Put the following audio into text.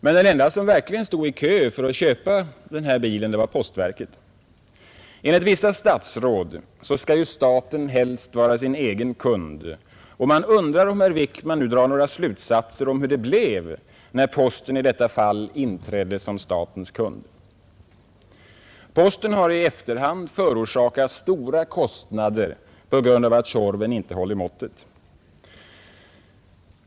Men den enda som verkligen stod i kö för att köpa denna bil var postverket. Enligt vissa statsråd skall staten helst vara sin egen kund, och man undrar om herr Wickman drar några slutsatser om hur det nu blev när posten i detta fall inträdde som statens kund. Posten har i efterhand förorsakats stora kostnader på grund av att Tjorven inte hållit måttet.